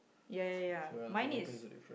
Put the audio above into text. ya ya ya mine is